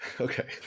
Okay